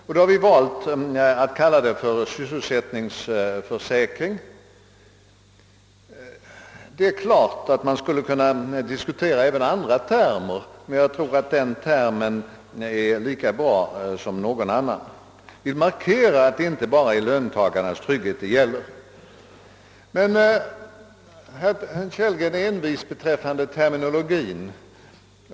Därför har vi valt benämningen sysselsättningsförsäkring. Det är klart att man skulle kunna diskutera även andra termer, men jag tror att den benämningen är lika bra som någon annan. Vi vill markera att det inte bara gäller löntagarnas trygghet. Men herr Kellgren är envis beträf fande terminologin.